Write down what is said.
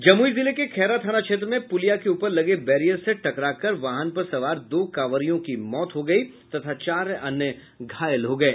जमुई जिले के खैरा थाना क्षेत्र में पुलिया के ऊपर लगे बैरियर से टकराकर वाहन पर सवार दो कांवरियों की मौत हो गयी तथा चार अन्य घायल हो गये